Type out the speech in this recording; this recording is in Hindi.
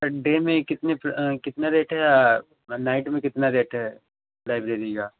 सर डे में कितने फल कितने रेट है आ नाईट में कितना रेट है लाइब्रेरी का